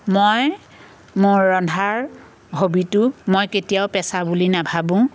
মই মোৰ ৰন্ধাৰ হবিটো মই কেতিয়াও পেচা বুলি নাভাবোঁ